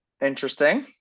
Interesting